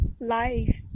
life